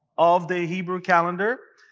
of the hebrew calendar.